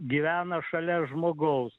gyvena šalia žmogaus